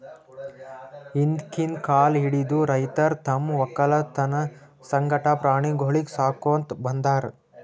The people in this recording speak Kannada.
ಹಿಂದ್ಕಿನ್ ಕಾಲ್ ಹಿಡದು ರೈತರ್ ತಮ್ಮ್ ವಕ್ಕಲತನ್ ಸಂಗಟ ಪ್ರಾಣಿಗೊಳಿಗ್ ಸಾಕೋತ್ ಬಂದಾರ್